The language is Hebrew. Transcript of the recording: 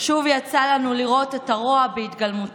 שוב יצא לנו לראות את הרוע בהתגלמותו,